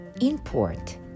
import